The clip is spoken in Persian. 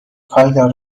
کایلا